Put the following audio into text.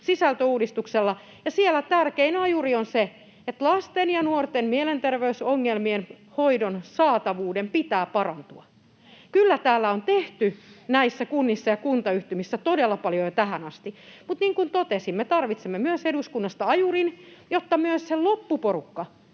sisältöuudistuksella, ja siellä tärkein ajuri on se, että lasten ja nuorten mielenterveysongelmien hoidon saatavuuden pitää parantua. Kyllä kunnissa ja kuntayhtymissä on tehty todella paljon jo tähän asti, mutta niin kuin totesin, me tarvitsemme myös eduskunnasta ajurin, jotta myös se loppuporukka